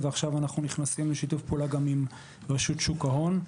ועכשיו אנחנו נכנסים גם לשיתוף פעולה עם רשות שוק ההון.